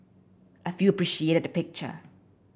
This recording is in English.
a few appreciated the picture